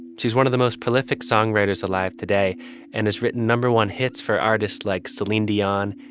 she's one of the most prolific songwriters alive today and has written number one hits for artists like celine dion,